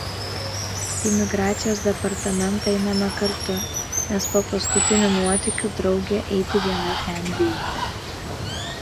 į migracijos departamentą einame kartu nes po paskutinių nuotykių draugė eiti viena ten bijo